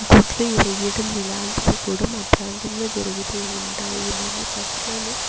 కుట్లు వేయటం ఇలాంటివి కూడా మా ప్రాంతంలో జరుగుతూ ఉంటాయి మరియు బట్టలను